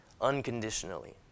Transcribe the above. unconditionally